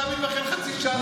אתה מתבכיין חצי שעה על הדוכן.